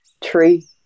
tree